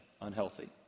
unhealthy